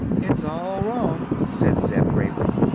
it's all wrong, said zeb, gravely.